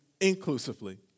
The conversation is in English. inclusively